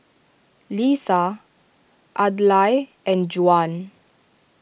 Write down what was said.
Leesa Adlai and Juwan